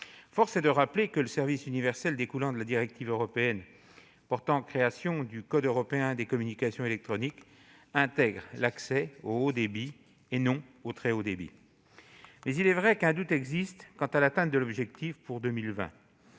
Force est de rappeler que le service universel découlant de la directive européenne portant création du code européen des communications électroniques intègre l'accès au haut débit et non au très haut débit. Il est vrai qu'un doute existe sur la possibilité d'atteindre en 2020